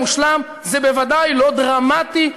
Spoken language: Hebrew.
אני אומר פה את דעתי האישית,